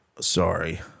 Sorry